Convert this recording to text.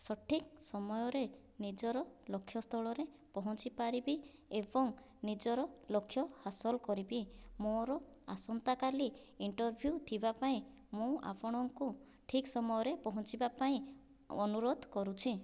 ସଠିକ୍ ସମୟରେ ନିଜର ଲକ୍ଷ୍ୟସ୍ଥଳରେ ପହଞ୍ଚିପାରିବି ଏବଂ ନିଜର ଲକ୍ଷ୍ୟ ହାସଲ କରିବି ମୋର ଆସନ୍ତାକାଲି ଇଣ୍ଟରଭ୍ୟୁ ଥିବାପାଇଁ ମୁଁ ଆପଣଙ୍କୁ ଠିକ୍ ସମୟରେ ପହଞ୍ଚିବାପାଇଁ ଅନୁରୋଧ କରୁଛି